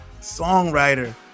songwriter